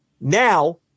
now